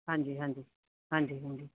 ਹਾਂਜੀ ਹਾਂਜੀ ਹਾਂਜੀ ਹਾਂਜੀ